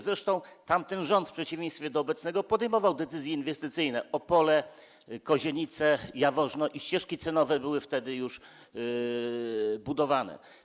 Zresztą tamten rząd w przeciwieństwie do obecnego podejmował decyzje inwestycyjne - Opole, Kozienice, Jaworzno - i ścieżki cenowe były już wtedy budowane.